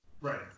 Right